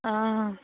অঁ